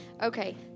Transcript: Okay